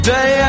Day